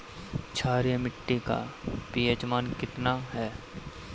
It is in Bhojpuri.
क्षारीय मीट्टी का पी.एच मान कितना ह?